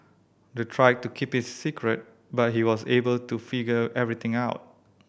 they tried to keep it's a secret but he was able to figure everything out